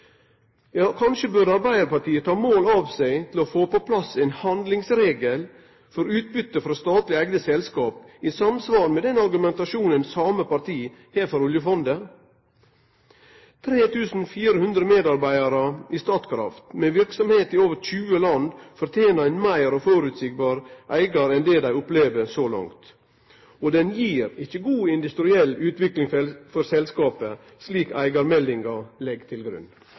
Kanskje burde Arbeidarpartiet ta mål av seg til å få på plass ein handlingsregel for utbytte frå statleg åtte selskap i samsvar med argumentasjonen same parti har når det gjeld oljefondet. 3 400 medarbeidarar i Statkraft, med verksemder i over 20 land, fortener ein meir føreseieleg eigar enn det dei har opplevd så langt. Dette gir ikkje god industriell utvikling for selskapet, slik eigarskapsmeldinga legg til grunn.